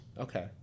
Okay